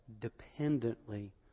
dependently